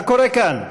מה קורה כאן?